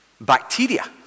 bacteria